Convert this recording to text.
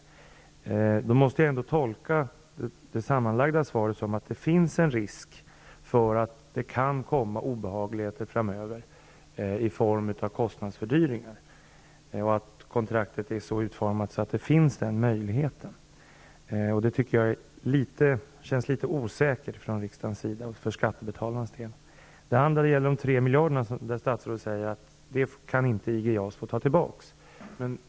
Mot den bakgrunden måste jag tolka svaret totalt sett så, att det finns en risk för obehagligheter framöver i form av kostnadsfördyringar. Kontraktet är alltså så utformat att den risken finns. Därför tycker jag att det känns litet osäkert för riksdagens och skattebetalarnas del. Beträffande de 3 miljarderna säger statsrådet att det för IG JAS del inte kan bli fråga om ett återtagande.